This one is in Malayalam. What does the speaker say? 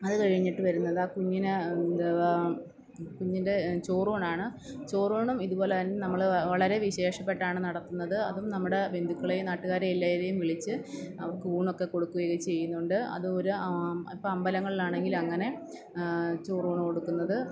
അത് കഴിഞ്ഞിട്ട് വരുന്നത് ആ കുഞ്ഞിന് എന്താണ് കുഞ്ഞിന്റെ ചോറൂണാണ് ചോറൂണും ഇത് പോലെ തന്നെ നമ്മൾ വളരെ വിശേഷപ്പെട്ടാണ് നടത്തുന്നത് അതും നമ്മുടെ ബന്ധുക്കളെയും നാട്ടുകാരെയും എല്ലാവരെയും വിളിച്ച് അവര്ക്ക് ഊണൊക്കെ കൊടുക്കുകയും ചെയ്യുന്നുണ്ട് അതും ഒരു ഇപ്പം അമ്പലങ്ങളിലാണെങ്കിൽ അങ്ങനെ ചോറൂണ് കൊടുക്കുന്നത്